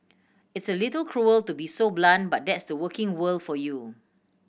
it's a little cruel to be so blunt but that's the working world for you